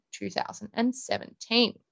2017